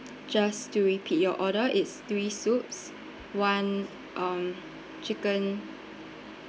just to repeat your order it's three soups one um chicken